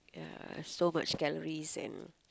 ya so much calories and